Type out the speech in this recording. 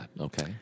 Okay